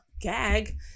gag